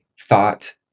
thought